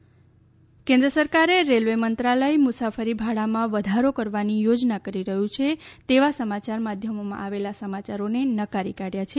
railway કેન્દ્ર સરકારે railway મંત્રાલય મુસાફરી ભાડામાં વધારો કરવાની યોજના કરી રહ્યું છે તેના સમાચાર માધ્યમોમાં આવેલા સમાચારોને નકારી કાઢ્યા છે